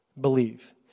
Believe